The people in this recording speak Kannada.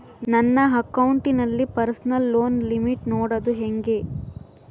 ನನ್ನ ಅಕೌಂಟಿನಲ್ಲಿ ಪರ್ಸನಲ್ ಲೋನ್ ಲಿಮಿಟ್ ನೋಡದು ಹೆಂಗೆ?